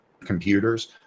computers